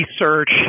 research